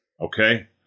okay